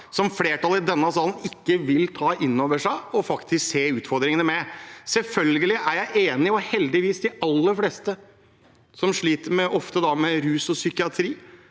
som flertallet i denne salen ikke vil ta inn over seg og faktisk se utfordringene med. Selvfølgelig er jeg enig i at de aller fleste som sliter med rus og psykiatri,